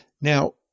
Now